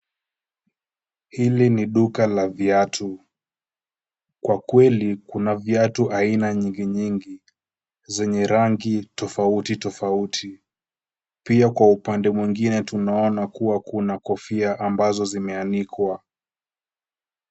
Hili ni duka la viatu, kwa kweli kuna viatu aina nyingi nyingi, zenye rangi tofauti tofauti Pia kwa upande mwingine tunaona kuwa kofia ambazo zimeanikwa .